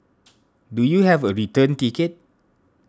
do you have a return ticket